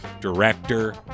director